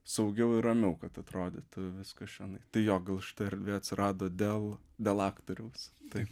saugiau ir ramiau kad atrodytų viskas čionai tai jo gal šita erdvė atsirado dėl dėl aktoriaus tai